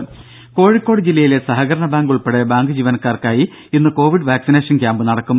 രുദ കോഴിക്കോട് ജില്ലയിലെ സഹകരണ ബാങ്ക് ഉൾപ്പെടെ ബാങ്ക് ജീവനക്കാർക്കായി ഇന്ന് കോവിഡ് വാക്സിനേഷൻ ക്യാമ്പ് നടക്കും